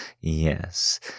Yes